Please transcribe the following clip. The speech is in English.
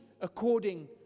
according